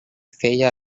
feia